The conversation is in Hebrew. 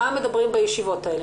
מה מדברים בישיבות האלה?